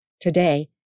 Today